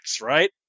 right